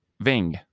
Ving